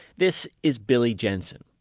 this is billy jensen.